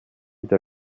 der